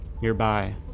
nearby